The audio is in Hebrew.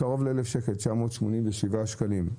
קרוב ל-1,000 שקלים, 987 שקלים.